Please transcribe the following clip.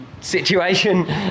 situation